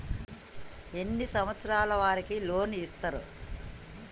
ఎన్ని సంవత్సరాల వారికి లోన్ ఇస్తరు?